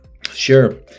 Sure